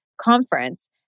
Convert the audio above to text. conference